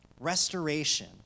restoration